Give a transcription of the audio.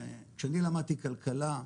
כשאני למדתי כלכלה,